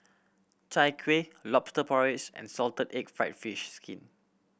Chai Kueh Lobster Porridge and salted egg fried fish skin